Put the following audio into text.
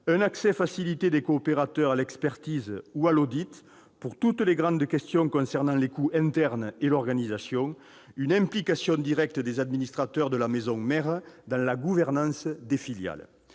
un accès facilité des coopérateurs à l'expertise ou à l'audit pour toutes les grandes questions concernant les coûts internes et l'organisation, une implication directe des administrateurs de la maison mère dans la gouvernance des filiales.